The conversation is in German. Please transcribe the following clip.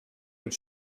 mit